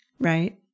right